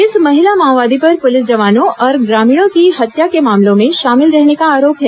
इस महिला माओवादी पर पुलिस जवानों और ग्रामीणों की हत्या के मामलों में शामिल रहने का आरोप है